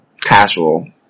Casual